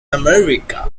america